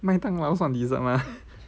麦当劳算 dessert mah